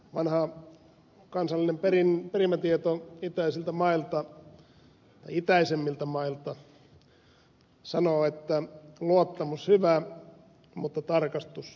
vanha kansallinen perimätieto itäisemmiltä mailta sanoo että luottamus hyvä mutta tarkastus paras